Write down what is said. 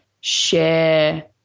share